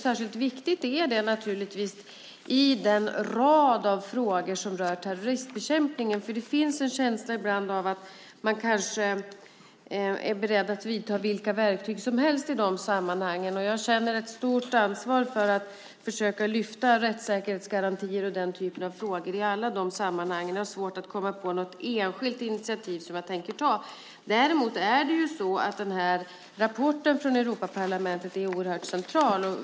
Särskilt viktigt är det naturligtvis i den rad av frågor som rör terroristbekämpningen. Det finns ibland en känsla av att man kanske är beredd att använda vilka verktyg som helst, och jag känner ett stort ansvar för att försöka lyfta fram rättssäkerhetsgarantier och den typen av frågor i alla de sammanhangen. Jag har svårt att komma på något enskilt initiativ som jag tänker ta. Rapporten från Europaparlamentet är oerhört central.